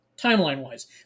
timeline-wise